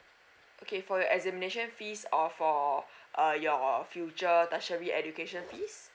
okay for your examination fees or for your future tertiary education fees